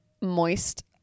moist